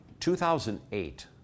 2008